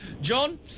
John